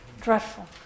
dreadful